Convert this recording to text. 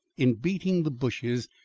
in beating the bushes,